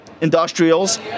industrials